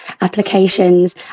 applications